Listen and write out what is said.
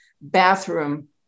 bathroom